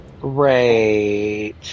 Great